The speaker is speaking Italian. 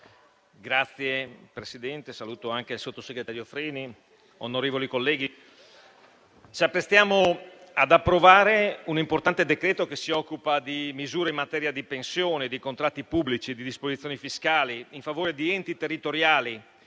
Signor Presidente, sottosegretario Freni, onorevoli colleghi, ci apprestiamo ad approvare un importante decreto-legge recante misure in materia di pensione, di contratti pubblici, di disposizioni fiscali in favore di enti territoriali,